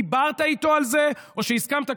דיברת איתו על זה או שהסכמת,